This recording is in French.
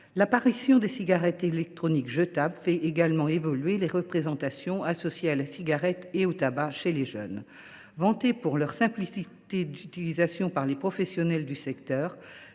L’apparition des cigarettes électroniques jetables fait également évoluer les représentations associées à la cigarette et au tabac chez les jeunes. Vantées pour leur simplicité d’utilisation par les professionnels du secteur,